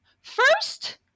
First